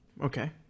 Okay